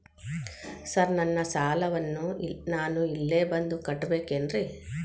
Sir ನನ್ನ ಸಾಲವನ್ನು ನಾನು ಇಲ್ಲೇ ಬಂದು ಕಟ್ಟಬೇಕೇನ್ರಿ?